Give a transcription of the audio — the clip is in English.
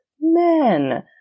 men